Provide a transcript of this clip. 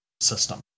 system